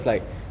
ya